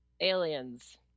Aliens